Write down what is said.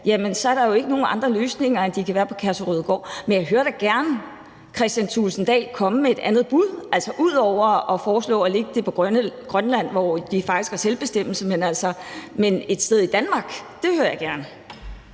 indtil da er der jo ikke andre løsninger, end at de kan være på Kærshovedgård. Jeg hører da gerne Kristian Thulesen Dahl komme med et andet bud, altså ud over at foreslå at lægge det i Grønland, hvor de faktisk har selvbestemmelse – men et sted i Danmark hører jeg gerne